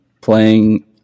playing